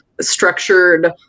structured